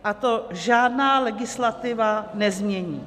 A to žádná legislativa nezmění.